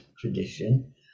tradition